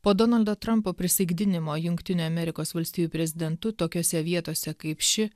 po donaldo trumpo prisaikdinimo jungtinių amerikos valstijų prezidentu tokiose vietose kaip ši